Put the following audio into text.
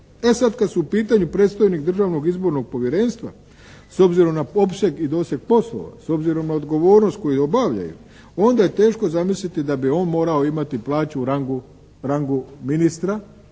E sad, kad su u pitanju predstojnik Državnog izbornog povjerenstva. S obzirom na opseg i doseg poslova, s obzirom na odgovornost koju obavljaju onda je teško zamisliti da bi on morao imati plaću u rangu ministra